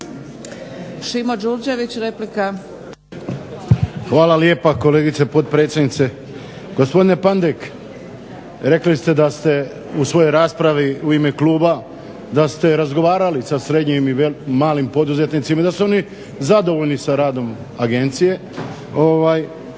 **Đurđević, Šimo (HDZ)** Hvala lijepa kolegice potpredsjednice. Gospodine Pandek, rekli ste da ste u svojoj raspravi u ime kluba, da ste razgovarali sa srednjim i malim poduzetnicima i da su oni zadovoljni sa radom agencije.